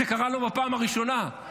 זה לא קרה בפעם הראשונה -- זה לא נכון.